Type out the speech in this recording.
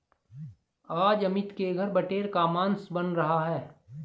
आज अमित के घर बटेर का मांस बन रहा है